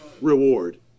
reward